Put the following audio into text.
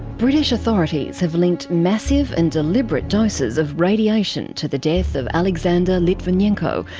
british authorities have linked massive and deliberate doses of radiation to the death of alexander litvinenko,